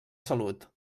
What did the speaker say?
salut